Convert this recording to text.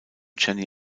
jenny